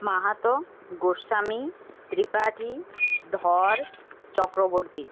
Mahato Goswami Tripathi Dhar Chakraborty